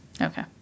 Okay